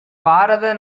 பாரத